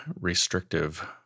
restrictive